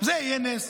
זה יהיה נס.